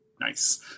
nice